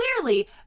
clearly